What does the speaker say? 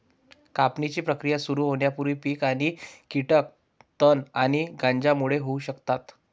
कापणीची प्रक्रिया सुरू होण्यापूर्वी पीक आणि कीटक तण आणि गंजांमुळे होऊ शकतात